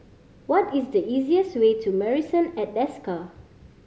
what is the easiest way to Marrison at Desker